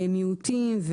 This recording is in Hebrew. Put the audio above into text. מיעוטים,